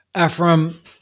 Ephraim